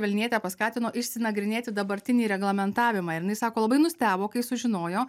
vilnietę paskatino išsinagrinėti dabartinį reglamentavimą ir jinai sako labai nustebo kai sužinojo